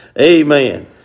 Amen